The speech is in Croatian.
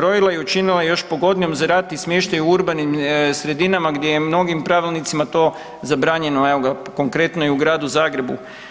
rojila i učinila još pogodnijom za rad i smještaj u urbanim sredinama gdje je mnogim pravilnicima to zabranjeno, evo konkretno i u Gradu Zagrebu.